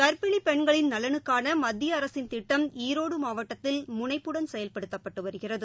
கர்ப்பிணிபெண்களின் நலனுக்கானமத்தியஅரசின் திட்டம் ஈரோடுமாவட்டத்தில் முனைப்புடன் செயல்படுத்தப்பட்டுவருகிறது